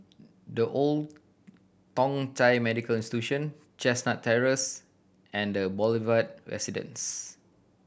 The Old Thong Chai Medical Institution Chestnut Terrace and The Boulevard Residence